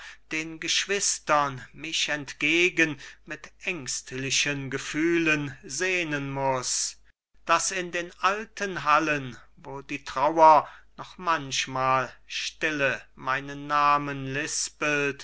den geschwistern mich entgegen mit ängstlichen gefühlen sehnen muß daß in den alten hallen wo die trauer noch manchmal stille meinen namen